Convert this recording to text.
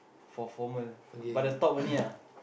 for formal but the top only ah